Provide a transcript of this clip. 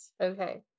Okay